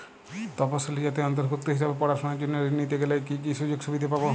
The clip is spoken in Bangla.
তফসিলি জাতির অন্তর্ভুক্ত হিসাবে পড়াশুনার জন্য ঋণ নিতে গেলে কী কী সুযোগ সুবিধে পাব?